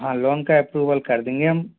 हाँ लोन का एप्रूवल कर देंगे हम